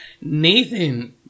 Nathan